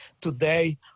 today